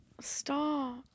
Stop